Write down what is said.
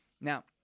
Now